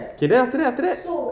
okay then after that after that